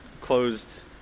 closed